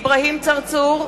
אברהים צרצור,